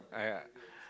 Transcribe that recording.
I yeah